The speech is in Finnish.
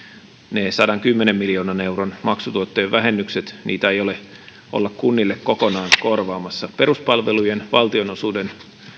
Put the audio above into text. niitä sadankymmenen miljoonan euron maksutuottojen vähennyksiä ei olla kunnille kokonaan korvaamassa peruspalvelujen valtionosuuden